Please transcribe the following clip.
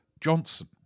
Johnson